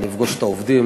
לפגוש את העובדים,